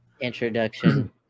introduction